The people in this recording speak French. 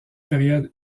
période